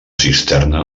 cisterna